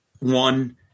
one